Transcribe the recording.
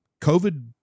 COVID